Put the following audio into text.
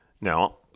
Now